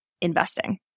investing